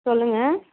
சொல்லுங்கள்